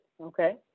Okay